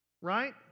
right